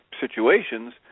situations